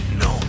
no